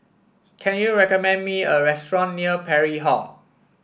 can you recommend me a restaurant near Parry Hall